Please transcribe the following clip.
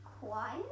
quiet